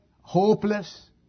hopeless